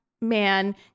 man